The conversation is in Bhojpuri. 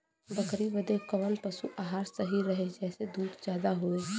बकरी बदे कवन पशु आहार सही रही जेसे दूध ज्यादा होवे?